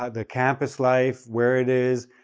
the campus life, where it is,